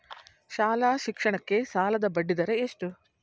ಶಾಲಾ ಶಿಕ್ಷಣಕ್ಕೆ ಸಾಲದ ಬಡ್ಡಿದರ ಎಷ್ಟು?